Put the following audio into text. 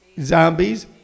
Zombies